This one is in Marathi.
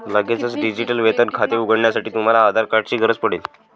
लगेचच डिजिटल वेतन खाते उघडण्यासाठी, तुम्हाला आधार कार्ड ची गरज पडेल